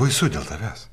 baisu dėl tavęs